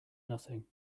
nothing